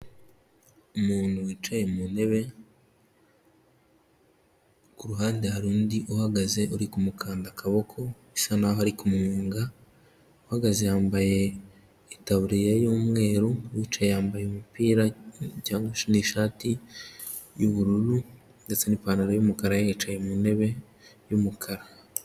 Umuntu wicaye mu ntebe, ku ruhande hari undi uhagaze, uri ku mukanda akaboko, usa naho ari kumwunga, uhagaze yambaye itaburiya y'umweru, uwicaye yambaye umupira cyangwa ni ishati y'ubururu, ndetse n'ipantaro y'umukara, yicaye mu ntebe y'umukara.